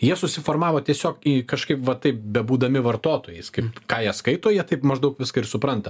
jie susiformavo tiesiog į kažkaip va taip bebūdami vartotojais kaip ką jie skaito jie taip maždaug viską ir supranta